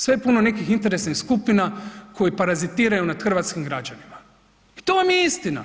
Sve je puno nekih interesnih skupina koji parazitiraju nad hrvatskim građanima i to vam je istina.